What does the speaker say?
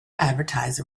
advertise